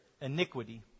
iniquity